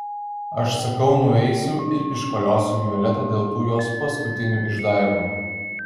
aš sakau nueisiu ir iškoliosiu violetą dėl tų jos paskutinių išdaigų